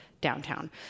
downtown